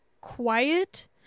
quiet